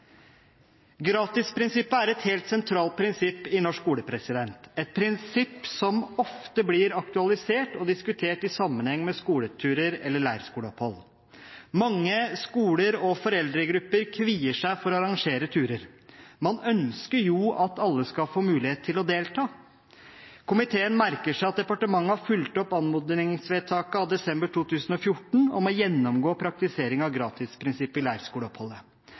Gratisprinsippet er et helt sentralt prinsipp i norsk skole – et prinsipp som ofte blir aktualisert og diskutert i sammenheng med skoleturer eller leirskoleopphold. Mange skoler og foreldregrupper kvier seg for å arrangere turer – man ønsker jo at alle skal få mulighet til å delta. Komiteen merker seg at departementet har fulgt opp anmodningsvedtaket av desember 2014 om å gjennomgå praktisering av gratisprinsippet i